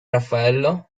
raffaello